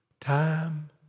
time